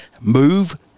Move